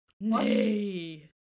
Nay